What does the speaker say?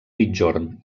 migjorn